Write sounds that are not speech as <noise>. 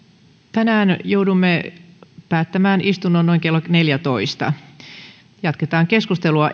tänään joudumme päättämään istunnon noin kello neljätoista jatketaan keskustelua <unintelligible>